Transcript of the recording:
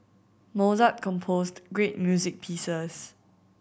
Mozart composed great music pieces